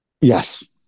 Yes